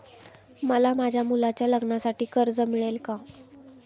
मला माझ्या मुलाच्या लग्नासाठी कर्ज मिळेल का?